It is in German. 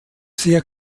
sehr